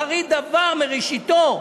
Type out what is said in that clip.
אחרית דבר מראשיתו,